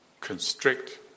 constrict